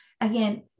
Again